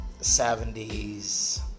70s